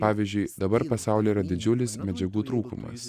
pavyzdžiui dabar pasaulyje yra didžiulis medžiagų trūkumas